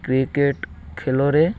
cricket ଖେଳରେ